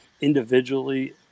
individually